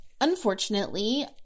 unfortunately